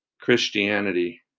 Christianity